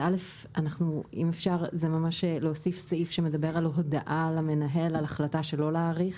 אם אפשר להוסיף סעיף שמדבר על הודעה למנהל על החלטה שלא להאריך.